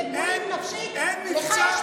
דבי ביטון (יש עתיד): לך יש